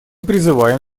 призываем